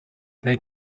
they